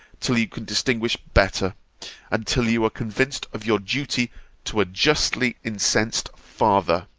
till you can distinguish better and till you are convinced of your duty to a justly incensed father.